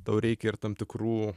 tau reikia ir tam tikrų